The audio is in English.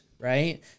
right